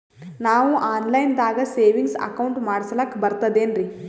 ನಾವು online ದಾಗ savings account ಮಾಡಸ್ಲಾಕ ಬರ್ತದೇನ್ರಿ?